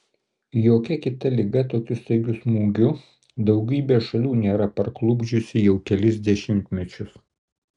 jokia kita liga tokiu staigiu smūgiu daugybės šalių nėra parklupdžiusi jau kelis dešimtmečius